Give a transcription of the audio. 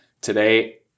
today